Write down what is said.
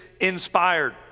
inspired